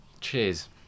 Cheers